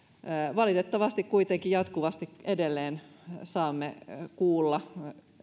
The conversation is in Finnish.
valitettavasti kuitenkin jatkuvasti edelleen saamme kuulla